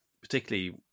particularly